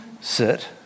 Sit